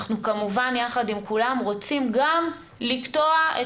אנחנו כמובן יחד עם כולם רוצים גם לקטוע את